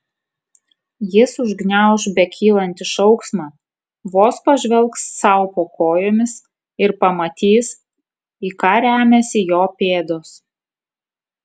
jis užgniauš bekylantį šauksmą vos pažvelgs sau po kojomis ir pamatys į ką remiasi jo pėdos